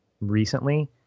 recently